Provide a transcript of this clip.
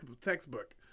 textbook